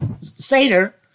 Seder